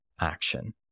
action